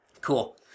Cool